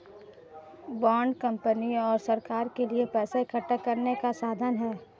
bond company और सरकार के लिए पैसा इकठ्ठा करने का साधन है